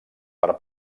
per